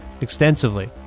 extensively